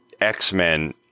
X-Men